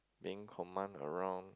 being command around